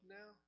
now